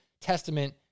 testament